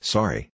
Sorry